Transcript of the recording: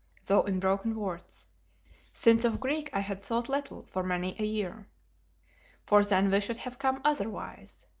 though in broken words since of greek i had thought little for many a year for then we should have come otherwise,